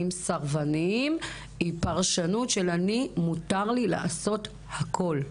סרבניים היא פרשנות של אני מותר לי לעשות הכל.